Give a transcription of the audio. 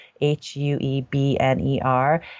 H-U-E-B-N-E-R